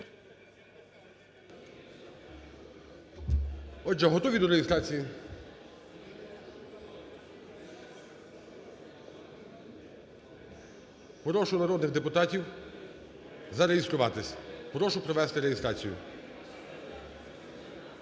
Отже, готові до реєстрації? Прошу народних депутатів зареєструватись. Прошу провести реєстрацію.